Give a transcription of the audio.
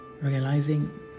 realizing